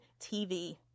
TV